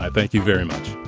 thank you very much